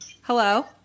hello